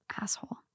asshole